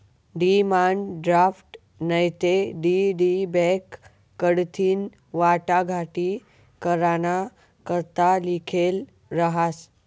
demand draft नैते DD bank कडथीन वाटाघाटी कराना करता लिखेल रहास